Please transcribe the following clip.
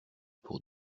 pour